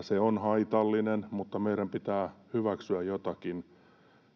se on haitallinen, mutta meidän pitää hyväksyä jotakin.